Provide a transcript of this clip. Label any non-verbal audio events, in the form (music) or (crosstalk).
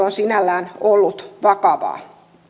(unintelligible) on sinällään ollut vakavaa